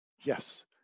Yes